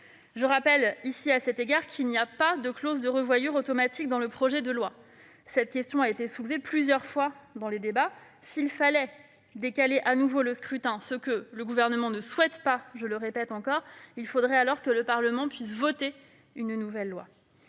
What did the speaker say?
Je rappelle, à cet égard, qu'il n'y a pas de clause de revoyure automatique dans le projet de loi. Cette question a été soulevée plusieurs fois dans les débats : s'il fallait décaler de nouveau le scrutin, ce que, je le répète, le Gouvernement ne souhaite pas, il faudrait que le Parlement vote une nouvelle loi.